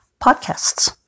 podcasts